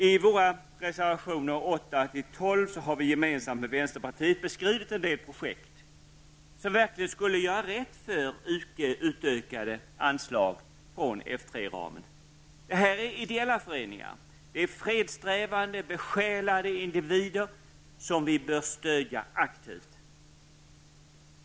I våra reservationer 8--12 har vi gemensamt med vänsterpartiet beskrivit en del projekt, som verkligen skulle göra rätt för utökade anslag från F 3-ramen. Det här gäller ideella föreningar, fredssträvande besjälade individer som vi bör stödja aktivt.